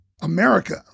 America